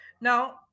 Now